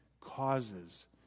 causes